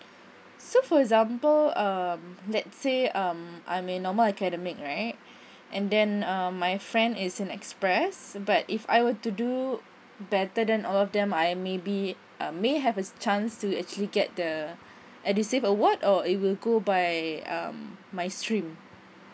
so for example um let's say um I'm in normal academic right and then um my friend is an express but if I were to do better than all of them I may be um may have a chance to actually get the edusave awards or it will go by um my stream